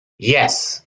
yes